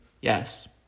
yes